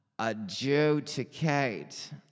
Adjudicate